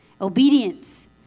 Obedience